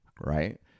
right